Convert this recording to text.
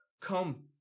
Come